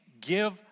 give